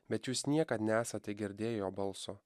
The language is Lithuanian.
bet jūs niekad nesate girdėję jo balso